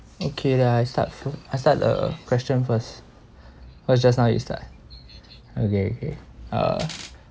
okay then I start f~ I start the uh question first what just now is like okay okay uh